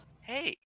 Hey